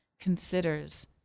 considers